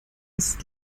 ist